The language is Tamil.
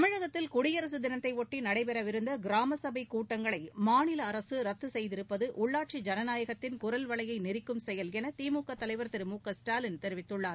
தமிழகத்தில் குடியரசுத் தினத்தையொட்டி நடைபெறவிருந்த கிராம சபை கூட்டங்களை மாநில அரசு ரத்து செய்திருப்பது உள்ளாட்சி ஜனநாயகத்தின் குரல்வலையை நெறிக்கும் செயல் என திமுக தலைவா் திரு மு க ஸ்டாலின் தெரிவித்துள்ளார்